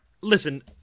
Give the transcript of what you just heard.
Listen